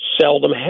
seldom